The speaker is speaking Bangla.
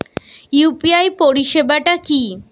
ইউ.পি.আই পরিসেবাটা কি?